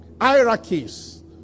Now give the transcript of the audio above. hierarchies